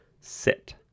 Sit